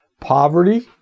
Poverty